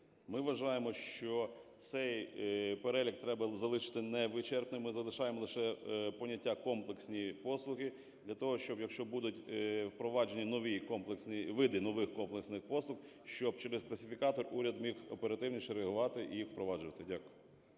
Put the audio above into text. Ми вважаємо, що цей перелік треба залишити невичерпним. Ми залишаємо лише поняття "комплексні послуги" для того, щоб, якщо будуть впроваджені види нових комплексних послуг, щоб через класифікатор уряд міг оперативніше реагувати і впроваджувати. Дякую.